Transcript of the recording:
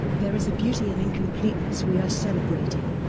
there is a beauty in incompleteness we are celebrating.